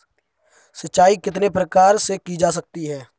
सिंचाई कितने प्रकार से की जा सकती है?